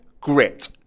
grit